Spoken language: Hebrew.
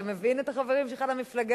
אתה מבין את החברים שלך למפלגה?